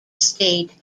state